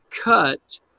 cut